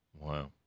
Wow